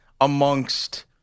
amongst